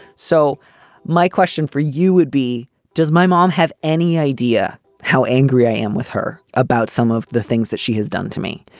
so my question for you would be does my mom have any idea how angry i am with her about some of the things that she has done to me.